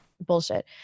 Bullshit